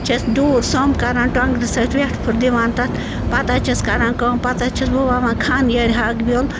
چھَس ڈوٗر سوٚمب کَران ٹۄنٛگرٕ سۭتۍ وٮ۪ٹھ پھیُر دِوان تَتھ پتہٕ حظ چھَس کَران کٲم پتہٕ حظ چھَس بہٕ وَوان خانیٲرۍ ہاکہٕ بیول